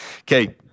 Okay